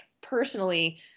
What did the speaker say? personally